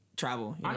travel